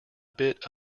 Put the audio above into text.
bit